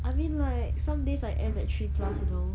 I mean like some days I end at three plus you know